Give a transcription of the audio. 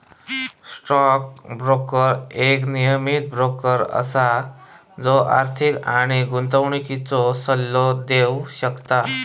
stock broker एक नियमीत broker असा जो आर्थिक आणि गुंतवणुकीचो सल्लो देव शकता